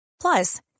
Plus